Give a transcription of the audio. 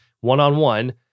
one-on-one